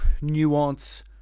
nuance